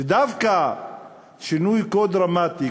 שדווקא שינוי כה דרמטי,